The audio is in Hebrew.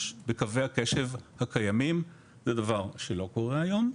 בקווי הקשב הקיימים זה דבר שלא קורה היום.